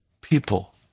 people